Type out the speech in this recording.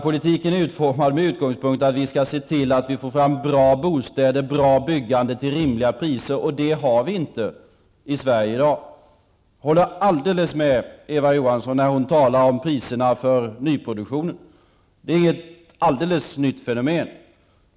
Politiken är utformad med utgångspunkt i att vi skall se till att vi får fram bra bostäder och bra byggande till rimliga priser. Det har vi inte i Sverige i dag. Jag håller med Eva Johansson när hon talar om priserna för nyproduktionen. Det är inte något alldeles nytt fenomen.